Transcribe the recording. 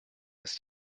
ist